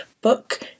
book